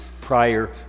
prior